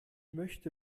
möchte